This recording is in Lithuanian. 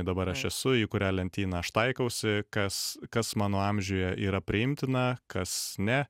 dabar aš esu į kurią lentyną aš taikausi kas kas mano amžiuje yra priimtina kas ne